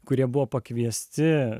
kurie buvo pakviesti